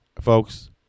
Folks